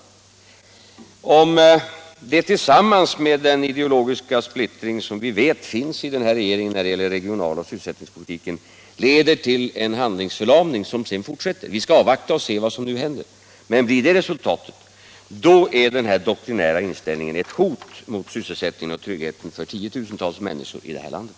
Vi skall avvakta och se vad som händer, men om detta — tillsammans med den ideologiska splittring som vi vet finns i den här regeringen när det gäller regionaloch sysselsättningspolitiken — leder till en handlingsförlamning som sedan fortsätter, då är den här doktrinära inställningen ett hot mot sysselsättningen och tryggheten för tiotusentals människor i det här landet.